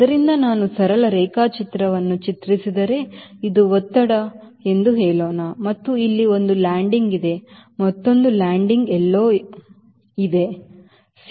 ಆದ್ದರಿಂದ ನಾನು ಸರಳ ರೇಖಾಚಿತ್ರವನ್ನು ಚಿತ್ರಿಸಿದರೆ ಇದು ಒತ್ತಡ ಎಂದು ಹೇಳೋಣ ಮತ್ತು ಇಲ್ಲಿ ಒಂದು ಲ್ಯಾಂಡಿಂಗ್ ಇದೆ ಮತ್ತೊಂದು ಲ್ಯಾಂಡಿಂಗ್ ಎಲ್ಲೋ ಇಲ್ಲಿದೆC